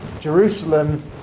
Jerusalem